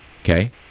Okay